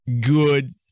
good